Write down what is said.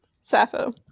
Sappho